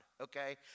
Okay